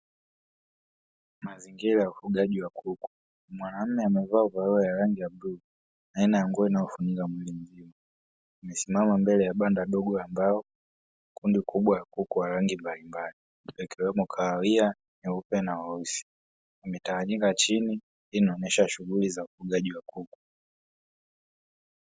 Mazingira ya ufugaji wa kuku, mwanamume amevaa ovaroli ya rangi ya bluu aina ya nguo inayofanika mwili mzima amesimama mbele ya banda dogo la mbao kundi kubwa la kuku wa rangi mbalimbali ikiwemo kahawia, nyeupe na weusi wametawanyika chini hii inaonyesha shughuli za ufugaji wa kuku.